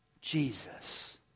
Jesus